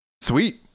Sweet